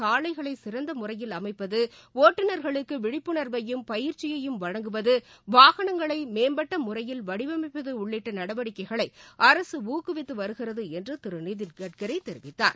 சாலைகளை சிறந்த விபத்துக்களை தவிர்க்க விழிப்புணர்வையும் பயிற்சியையும் வழங்குவது வாகனங்களை மேம்பட்ட முறையில் வடிவமைப்பது உள்ளிட்ட நடவடிக்கைகளை அரசு ஊக்குவித்து வருகிறது என்று திரு நிதின்கட்கரி தெரிவித்தார்